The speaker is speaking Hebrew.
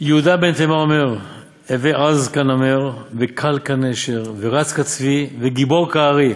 הבא, שנאמר 'להנחיל אוהבי יש ואוצרותיהם אמלא';